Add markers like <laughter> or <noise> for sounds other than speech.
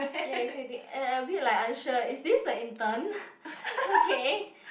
yeah so you think a a bit like unsure is this the intern <breath> okay